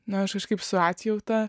na aš kažkaip su atjauta